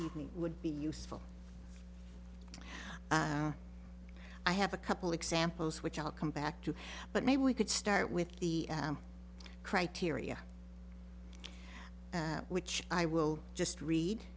evening would be useful i have a couple examples which i'll come back to but maybe we could start with the criteria which i will just read